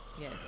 Yes